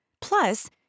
Plus